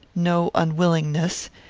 no unwillingness,